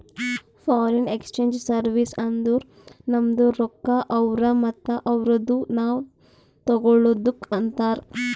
foreign exchange service ಅಂದುರ್ ನಮ್ದು ರೊಕ್ಕಾ ಅವ್ರು ಮತ್ತ ಅವ್ರದು ನಾವ್ ತಗೊಳದುಕ್ ಅಂತಾರ್